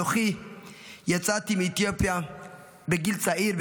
אנוכי יצאתי מאתיופיה בגיל צעיר,